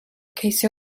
ceisio